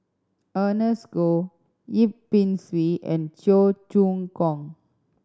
Ernest Goh Yip Pin Xiu and Cheong Choong Kong